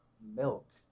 milk